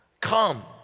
come